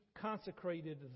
consecrated